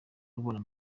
rubona